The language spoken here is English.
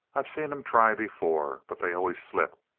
i've seen em try before. but they always slip.